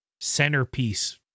centerpiece